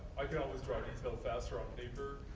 i can always draw infill faster on paper.